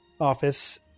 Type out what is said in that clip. office